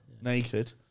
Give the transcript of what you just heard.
Naked